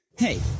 Hey